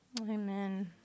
Amen